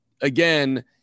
again